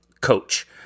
coach